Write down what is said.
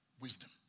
Wisdom